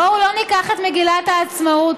בואו לא ניקח את מגילת העצמאות